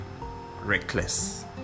reckless